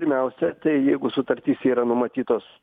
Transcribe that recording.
pirmiausia tai jeigu sutartyse yra numatytos